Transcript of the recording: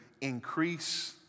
increase